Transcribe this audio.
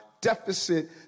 deficit